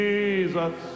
Jesus